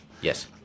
yes